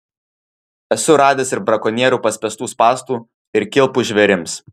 esu radęs ir brakonierių paspęstų spąstų ir kilpų žvėrims